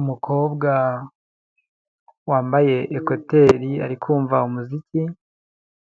Umukobwa wambaye ekoteri ari kumva umuziki,